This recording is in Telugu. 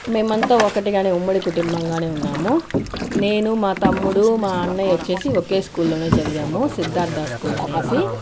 మేమంతా ఒకటిగా ఉమ్మడి కుటుంబంగా ఉన్నాము నేను మా తమ్ముడు మా అన్నయ్య వచ్చి ఒకే స్కూల్లో చదినాము సిద్దార్థ స్కూల్ అనేసి